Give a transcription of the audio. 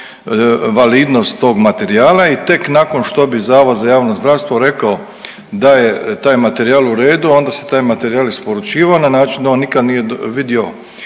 validnost tog materijala i tek nakon što bi HZJZ rekao da je taj materijal u redu onda se taj materijal isporučivao na način da on nikad nije vidio